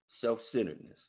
self-centeredness